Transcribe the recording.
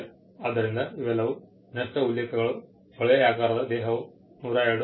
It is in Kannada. ಆದ್ದರಿಂದ ಇವೆಲ್ಲವೂ ಸ್ಪಷ್ಟ ಉಲ್ಲೇಖಗಳು ಕೊಳವೆಯಾಕಾರದ ದೇಹವು 102